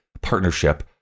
partnership